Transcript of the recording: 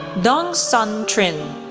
dong son trinh,